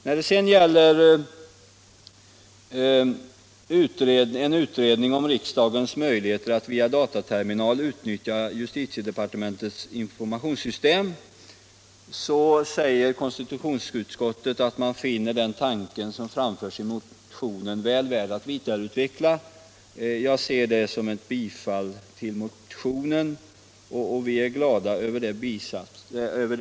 När det sedan gäller en utredning om riksdagens möjligheter att via dataterminaler utnyttja justitiedepartementets informationssystem säger konstitutionsutskottet att man finner de tankegångar som framförts i motionen väl värda att vidareutvecklas. Detta tolkar jag som ett bifall till motionen, och vi är glada över det bifallet.